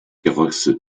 carrosse